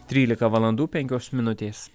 trylika valandų penkios minutės